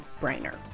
brainer